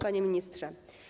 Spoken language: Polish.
Panie Ministrze!